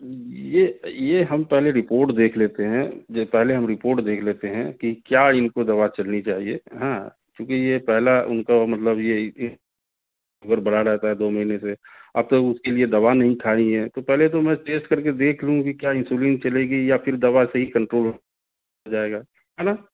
یہ یہ ہم پہلے رپورٹ دیکھ لیتے ہیں پہلے ہم رپورٹ دیکھ لیتے ہیں کہ کیا اِن کو دوا چلنی چاہیے ہاں چونکہ یہ پہلا اُن کو مطلب یہ شوگر بڑھا رہتا ہے دو مہینے سے اب تو اُس کے لیے دوا نہیں کھا رہی ہیں پہلے تو میں ٹیسٹ کر کے دیکھ لوں کہ کیا انسولین چلے گی یا دوا سے ہی کنٹرول ہو جائے گا ہے نا